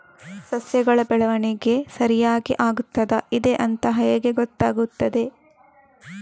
ಸಸ್ಯಗಳ ಬೆಳವಣಿಗೆ ಸರಿಯಾಗಿ ಆಗುತ್ತಾ ಇದೆ ಅಂತ ಹೇಗೆ ಗೊತ್ತಾಗುತ್ತದೆ?